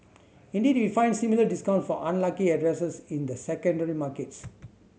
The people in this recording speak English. indeed we find similar discount for unlucky addresses in the secondary markets